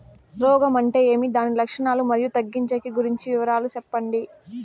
రోగం అంటే ఏమి దాని లక్షణాలు, మరియు తగ్గించేకి గురించి వివరాలు సెప్పండి?